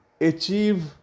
achieve